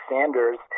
Sanders